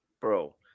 Bro